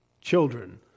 children